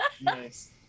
Nice